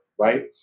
right